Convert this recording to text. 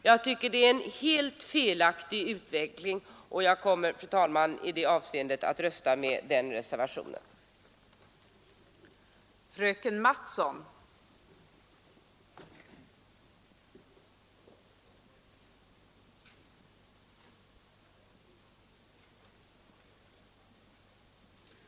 Jag tycker att det är en helt felaktig utveckling, och jag kommer på den punkten att rösta för reservationen 19.